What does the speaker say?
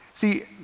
See